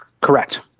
Correct